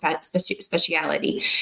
speciality